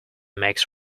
makes